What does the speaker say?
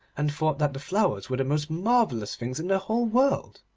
and thought that the flowers were the most marvellous things in the whole world,